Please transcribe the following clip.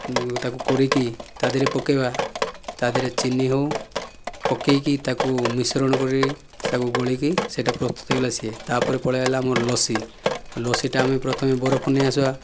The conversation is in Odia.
ତାକୁ କୋରିକି ତା'ଦେହରେ ପକାଇବା ତା'ଦେହରେ ଚିନି ହେଉ ପକାଇକି ତାକୁ ମିଶ୍ରଣ କରି ତାକୁ ଗୋଳାଇକି ସେହିଟା ପ୍ରସ୍ତୁତ ହୋଇଗଲା ସିଏ ତା'ପରେ ପଳାଇ ଆସିଲା ଆମର ଲସି ଲସିଟା ଆମେ ପ୍ରଥମେ ବରଫ ନେଇ ଆସିବା